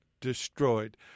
destroyed